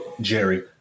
Jerry